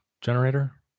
generator